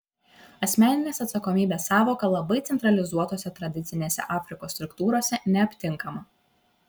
asmeninės atsakomybės sąvoka labai centralizuotose tradicinėse afrikos struktūrose neaptinkama